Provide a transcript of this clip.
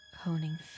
honing